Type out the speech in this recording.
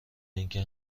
اینکه